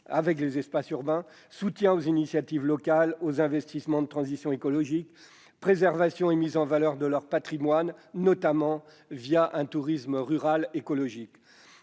avec les espaces urbains, soutien aux initiatives locales et aux investissements de transition écologique, enfin, préservation et mise en valeur de leur patrimoine, notamment un tourisme rural écologique.